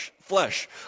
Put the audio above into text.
flesh